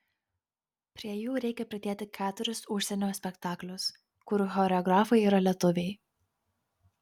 prie jų reikia pridėti keturis užsienio spektaklius kurių choreografai yra lietuviai